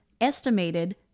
estimated